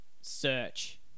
search